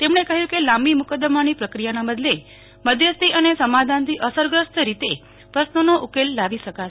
તેમણે કહ્યું કે લાંબી મુકદમાની પ્રક્રિયાના બદલે મધ્યસ્થી અને સમાધાનથી અસરગ્રસ્ત રીતે પ્રશ્નોનો ઉકેલ લાવી શકાશે